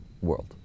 world